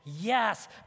Yes